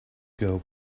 girl